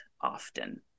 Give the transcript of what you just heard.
often